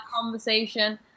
conversation